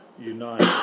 unite